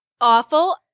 awful